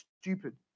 stupid